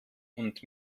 und